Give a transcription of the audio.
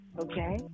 Okay